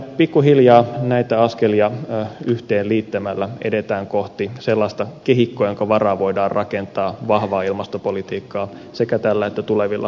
pikkuhiljaa näitä askelia yhteen liittämällä edetään kohti sellaista kehikkoa jonka varaan voidaan rakentaa vahvaa ilmastopolitiikkaa sekä tällä että tulevilla hallituskausilla